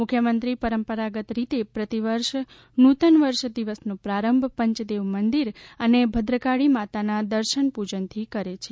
મુખ્યમંત્રી પરંપરાગત રીતે પ્રતિ વર્ષ નૂતન વર્ષ દિનનો પ્રારંભ પંચદેવ મંદિર અને ભદ્રકાળી માતાના દર્શન પૂજનથી કરે છે